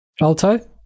Alto